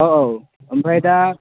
औ ओमफ्राय दा